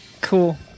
Cool